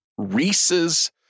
Reese's